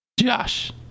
Josh